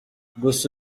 gusa